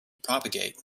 propagate